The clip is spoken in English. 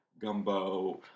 gumbo